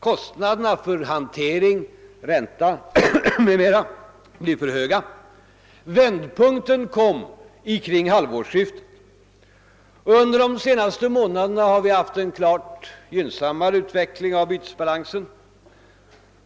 Kostnaderna för hantering, ränta m.m. blir för höga, Vändpunkten kom kring halvårsskiftet. Under de senaste månaderna har vi haft en klart gynnsammare utveckling av bytesbalansen.